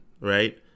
right